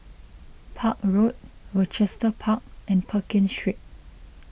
Park Road Rochester Park and Pekin Street